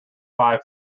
five